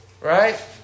Right